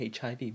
hiv